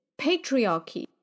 patriarchy